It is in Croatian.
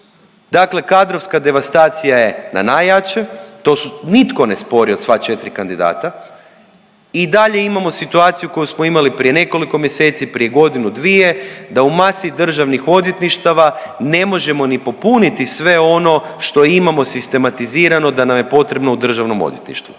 Dakle, kadrovska devastacija je na najjače. To nitko ne spori od sva četiri kandidata. I dalje imamo situaciju koju smo imali prije nekoliko mjeseci, prije godinu, dvije da u masi državnih odvjetništava ne možemo ni popuniti sve ono što imamo sistematizirano da nam je potrebno u Državnom odvjetništvu.